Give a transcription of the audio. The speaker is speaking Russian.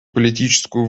политическую